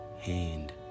hand